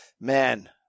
man